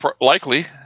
likely